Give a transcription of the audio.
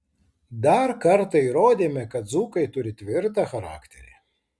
dar kartą įrodėme kad dzūkai turi tvirtą charakterį